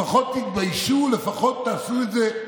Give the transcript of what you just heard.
לפחות תתביישו, לפחות תעשו את זה.